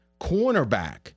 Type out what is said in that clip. cornerback